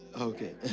Okay